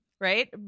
right